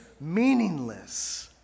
meaningless